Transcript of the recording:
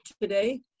today